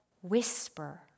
whisper